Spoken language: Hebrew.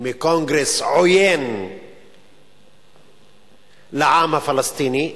מקונגרס עוין לעם הפלסטיני.